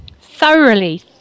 thoroughly